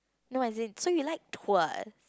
no as in so you like tours